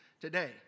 today